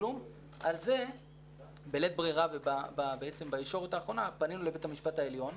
בלית ברירה ובעצם בישורת האחרונה פנינו לבית המשפט העליון.